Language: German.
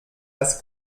das